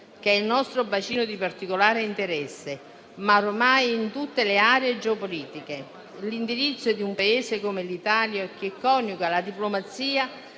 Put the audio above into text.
che è il nostro bacino di particolare interesse, ma ormai anche in tutte le aree geopolitiche. L'indirizzo di un Paese come l'Italia, che coniuga la diplomazia